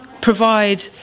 provide